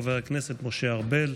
חבר הכנסת משה ארבל.